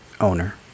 owner